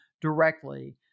directly